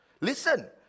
Listen